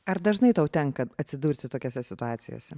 ar dažnai tau tenka atsidurti tokiose situacijose